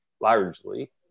largely